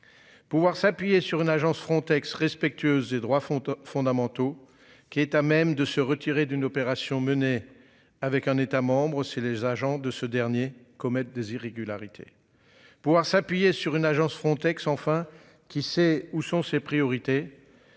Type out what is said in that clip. Pouvoir s'appuyer sur une agence Frontex respectueuse des droits fondamentaux qui est à même de se retirer d'une opération menée avec un membre. C'est les agents de ce dernier commettre des irrégularités. Pouvoir s'appuyer sur une agence Frontex enfin qui sait où sont ses priorités.